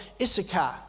Issachar